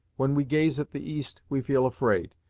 when we gaze at the east, we feel afraid,